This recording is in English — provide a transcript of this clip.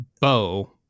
bow